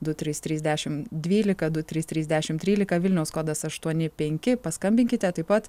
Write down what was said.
du trys trys dešimt dvylika du trys trys dešimt trylika vilniaus kodas aštuoni penki paskambinkite taip pat